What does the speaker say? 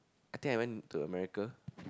I think I went to America